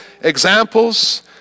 examples